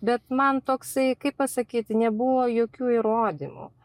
bet man toksai kaip pasakyti nebuvo jokių įrodymų